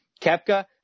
Kepka